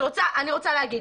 אני רוצה להגיד,